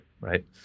right